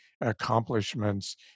accomplishments